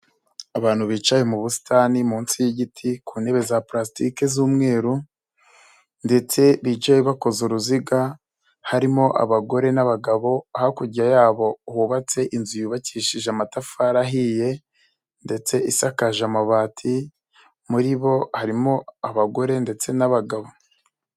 Abantu bicaye mu busitani munsi yigiti ku ntebe za pslastiki z'umweru, ndetse bicaye bakoze uruziga, harimo abagore n'abagabo, hakurya yabo hubatse inzu yubakishije amatafari ahiye, ndetse isakaje amabati, muri bo harimo abagore ndetse n'abagabo.